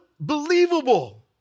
unbelievable